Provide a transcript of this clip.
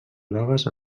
grogues